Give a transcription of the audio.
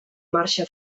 marxa